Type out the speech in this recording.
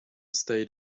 stayed